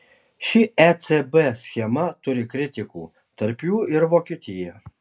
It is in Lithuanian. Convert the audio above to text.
ši ecb schema turi kritikų tarp jų ir vokietija